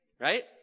right